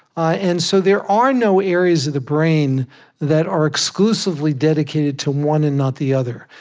ah and so there are no areas of the brain that are exclusively dedicated to one and not the other.